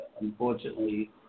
Unfortunately